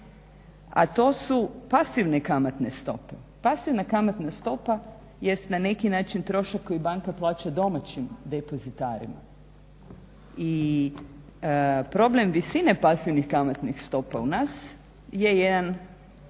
a to su pasivne kamatne stope. Pasivna kamatna stopa jest na neki način trošak koji banka plaća domaćim depozitarima i problem visine pasivnih kamatnih stopa u nas je jedan